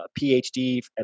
PhD